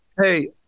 Hey